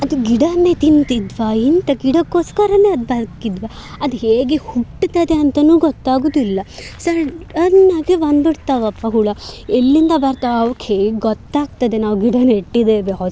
ಅದು ಗಿಡವನ್ನೆ ತಿಂತಿದ್ದವಾ ಎಂಥ ಗಿಡಕ್ಕೋಸ್ಕರವೇ ಅದು ಬರ್ತಿದ್ವಾ ಅದು ಹೇಗೆ ಹುಟ್ಟುತ್ತದೆ ಅಂತವೂ ಗೊತ್ತಾಗುವುದಿಲ್ಲ ಸಡನ್ನಾಗೆ ಬಂದುಬಿಡ್ತವಪ್ಪ ಹುಳು ಎಲ್ಲಿಂದ ಬರ್ತವೆ ಅವಕ್ಕೆ ಹೇಗೆ ಗೊತ್ತಾಗ್ತದೆ ನಾವು ಗಿಡ ನೆಟ್ಟಿದ್ದೇವೆ ಹೊಸ